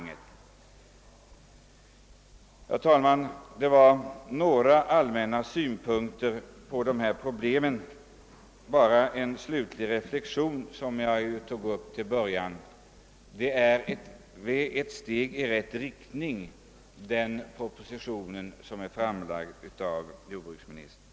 Detta var, herr talman, några allmänna synpunkter på dessa problem. Jag vill sluta med att upprepa vad jag sade i början av mitt anförande: Det är ett steg i rätt riktning som tas genom den proposition som framlagts av jordbruksministern.